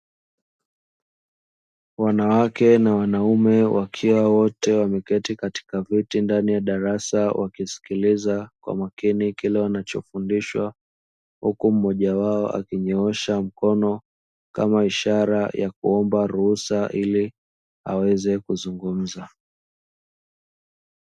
Wanawake na wanaume wakiwa wote wameketi katika viti ndani ya darasa, wakisikiliza kwa makini kile wanacho fundishwa, huku mmoja wao akinyoosha mkono kama ishara ya kuomba ruhusa ili aweze kuzungumza.